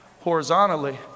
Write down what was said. horizontally